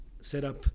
setup